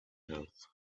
health